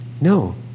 No